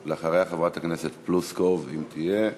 אחריה, חברת הכנסת פלוסקוב, אם תהיה.